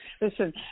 Listen